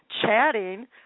chatting